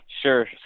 Sure